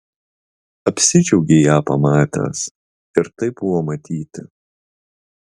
apsidžiaugei ją pamatęs ir tai buvo matyti